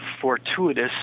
fortuitous